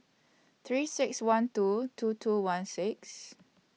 three six one two two two one six